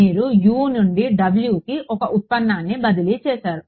మీరు U నుండి W కి ఒక ఉత్పన్నాన్ని బదిలీ చేసారు